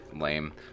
Lame